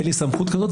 אין לי סמכות כזאת,